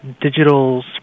digital